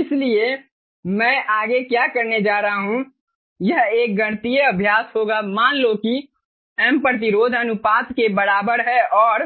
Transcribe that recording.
इसलिए मैं आगे क्या करने जा रहा हूं यह एक गणितीय अभ्यास होगा मान लो कि m प्रतिरोध अनुपात के बराबर है और